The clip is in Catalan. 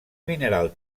mineral